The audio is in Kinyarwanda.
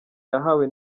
yahawe